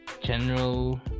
general